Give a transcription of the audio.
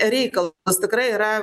reikalus tikrai yra